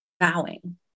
vowing